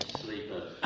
sleeper